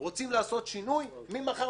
ב-1.1